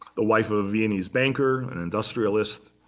the wife of a viennese banker, an industrialist.